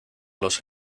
los